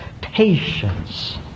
patience